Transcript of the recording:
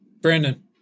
Brandon